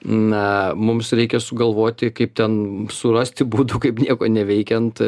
na mums reikia sugalvoti kaip ten surasti būdų kaip nieko neveikiant